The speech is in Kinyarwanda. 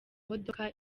modoka